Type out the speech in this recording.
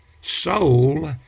soul